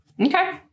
Okay